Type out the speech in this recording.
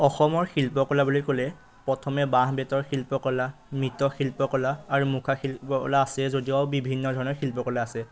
অসমৰ শিল্পকলা বুলি ক'লে প্ৰথমে বাঁহ বেতৰ শিল্পকলা মৃত শিল্পকলা আৰু মুখা শিল্পকলা আছে যদিও আৰু বিভিন্ন ধৰণৰ শিল্পকলা আছে